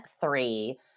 three